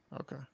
Okay